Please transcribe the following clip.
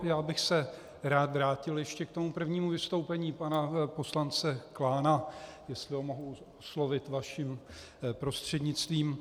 Já bych se rád vrátil ještě k tomu prvnímu vystoupení pana poslance Klána, jestli ho mohu oslovit vaším prostřednictvím.